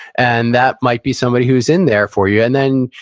and that might be somebody who's in there for you. and then,